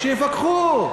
שיפקחו.